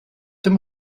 dem